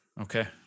Okay